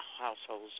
households